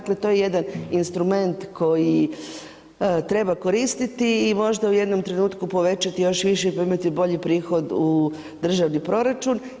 Dakle to je jedan instrument koji treba koristiti i možda u jednom trenutku povećati još više pa imati bolji prihod u državni proračun.